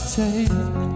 take